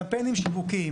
קמפיינים שיווקיים